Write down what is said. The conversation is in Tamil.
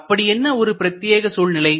அப்படி என்ன ஒரு பிரத்தியேக சூழ்நிலை